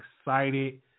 excited